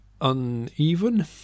uneven